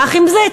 קח עם זה,